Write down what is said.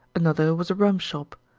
another was a rum shop,